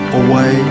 away